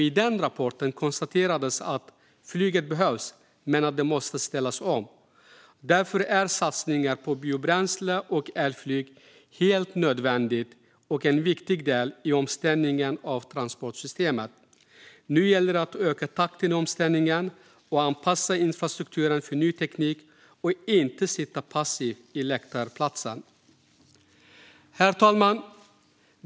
I den rapporten konstaterades att flyget behövs men att det måste ställa om. Därför är satsningar på biobränsle och elflyg helt nödvändiga och en viktig del i omställningen av transportsystemet. Nu gäller det att öka takten i omställningen och anpassa infrastrukturen för ny teknik och inte sitta passiva på läktarplats. Herr talman!